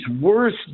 worst